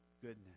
goodness